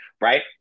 right